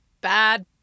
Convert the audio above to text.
Bad